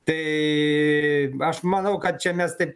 tai aš manau kad čia mes taip